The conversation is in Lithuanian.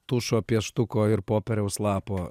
tušo pieštuko ir popieriaus lapo